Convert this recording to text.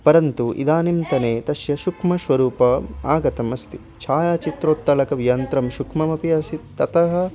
परन्तु इदानींतने तस्य सूक्ष्मस्वरूपम् आगतम् अस्ति छायाचित्रोत्तलनयन्त्रं सूक्ष्ममपि आसीत् ततः